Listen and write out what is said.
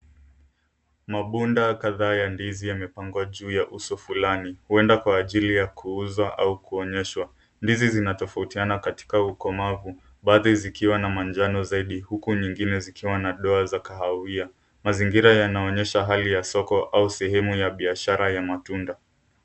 Mabunda kadhaa ya ndizi yamepangwa juu ya uso fulani, huenda Kwa ajili ya kuuzwa au kuonyeshwa. Ndizi zina tofautiana katika ukomavu, baadhi zikiwa na manjano zaidi huku zingine zikiwa na madoa ya kahawia. Mazingira yanaonyesha sehemu ya soko au sehemu ya biashara ya matunda.